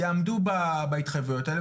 יעמדו בהתחייבויות האלה.